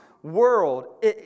world